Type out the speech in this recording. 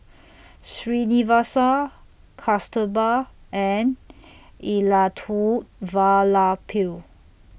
Srinivasa Kasturba and Elattuvalapil